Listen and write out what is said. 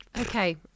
Okay